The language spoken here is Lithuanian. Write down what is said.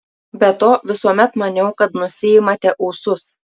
be to visuomet maniau kad nusiimate ūsus